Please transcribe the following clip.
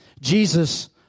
Jesus